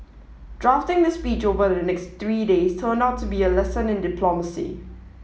drafting the speech over the next three days turned out to be a lesson in diplomacy